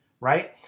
right